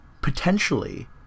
potentially